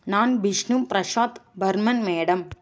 நான் பிஷ்ணு பிரசாத் பர்மன் மேடம்